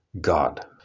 God